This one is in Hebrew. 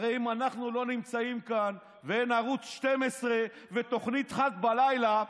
הרי אם אנחנו לא נמצאים כאן ואין ערוץ 12 ותוכנית חי בלילה,